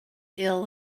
ill